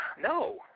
No